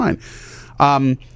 fine